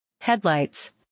headlights